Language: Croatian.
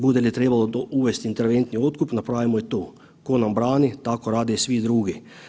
Bude li trebalo uvesti interventni otkup napravimo i to, tko nam brani tako rade svi drugi.